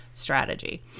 strategy